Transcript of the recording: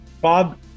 Bob